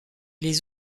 les